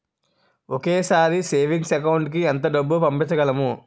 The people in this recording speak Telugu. ఒకేసారి సేవింగ్స్ అకౌంట్ కి ఎంత డబ్బు పంపించగలము?